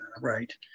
right